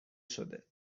شده